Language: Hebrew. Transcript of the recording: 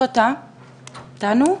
אתה איתנו?